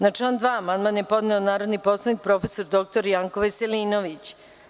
Na član 2. amandman je podneo narodni poslanik prof. dr Janko Veselinović.